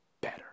better